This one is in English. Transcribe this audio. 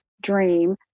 dream